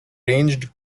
ranged